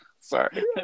Sorry